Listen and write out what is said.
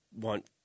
want